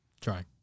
Try